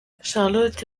charlotte